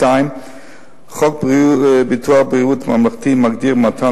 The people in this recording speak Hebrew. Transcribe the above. חוק ביטוח בריאות ממלכתי מגדיר מתן